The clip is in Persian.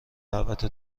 دعوت